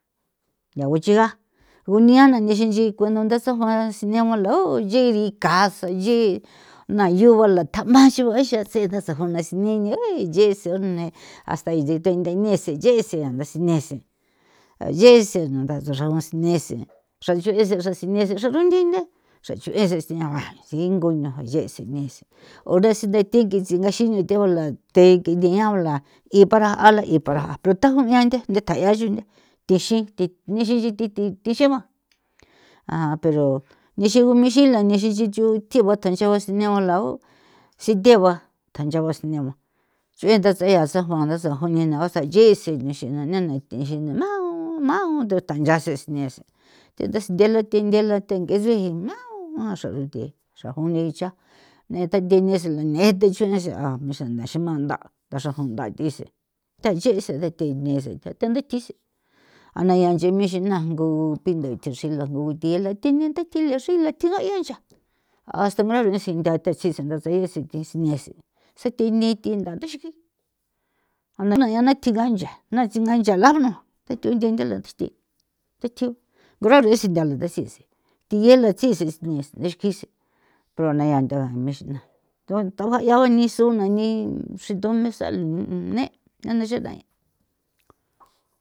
Nda guichiga ngunia na nixi nchi kjue nuntha tsajo'a sinegua la o yeri casa ye na yo ba la thamaxo'e xa tse tasajona ni niu o yese hasta ye the niese yese ntha nese yese ntha thuxrao nese xra chue'se xra sineese xra runchee nthe xra chue'se tsiaoa tsingo yese nese o ratsingi tsi ngaxino tegula thengi ndiabala y para ala y para pero tjaju'ia nthe nthe tjaia nchunche thixi nixi nchi thi thi xeba a pero nixi g ixila nixi nchi ncho tjiu'a than nchao'a sineuala o sithe'e ba tha nchao negua chue ntha tsee ya sajo'a na sajo ni na na asa ye se nexen nana nena nixi na mau mau nduthanyase nese thi nthi thindiala thi thindiala thi ngise'e mau a xra ruthee xra junde icha me tha nthese la nee the chue'e xra a xena xi mantha'a ntha xra jundai nthise tha nchese tha thi ndise tha thi ndi tjise ana nyaa nche ixi na ngu pindo tsixila ngu thiye la thi ntha xila tjiga'ia ncha hasta ngara sintha tha tsi see ntha the tsise niese setini thi ntha taxikji. A na ya na tiga ncha na tsinga ncha larno the thuin nche nche la tji the tjiu ko ra xruin ntha lan ntha nchise thie la chise ee kise pero neia ntha mexi'na ntha gua 'ia nisuna ni xrito mesa ne ane xetain.